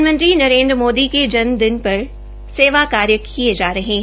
प्रधानमंत्री नरेन्द्र मोदी के जन्मदिवस पर सेवा कार्य किये जा रहे है